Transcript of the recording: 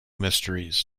mysteries